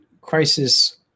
crisis